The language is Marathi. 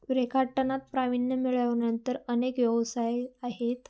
रेखाटनात प्रावीण्य मिळवल्यानंतर अनेक व्यवसाय आहेत